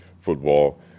football